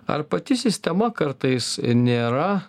ar pati sistema kartais nėra